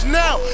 now